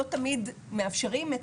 לא תמיד מאפשרים.